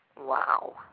Wow